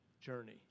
journey